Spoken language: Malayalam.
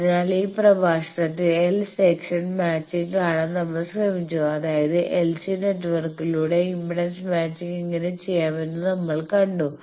അതിനാൽ ഈ പ്രഭാഷണത്തിൽ എൽ സെക്ഷൻ മാച്ചിംഗ് കാണാൻ നമ്മൾ ശ്രമിച്ചു അതായത് എൽസി നെറ്റ്വർക്കിലൂടെ ഇംപെഡൻസ് മാച്ചിങ് എങ്ങനെ ചെയ്യാം എന്ന് നമ്മൾ കണ്ടു